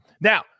now